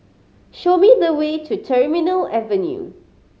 show me the way to Terminal Avenue